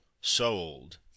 sold